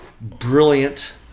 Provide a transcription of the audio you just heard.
brilliant